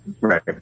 Right